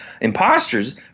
Imposters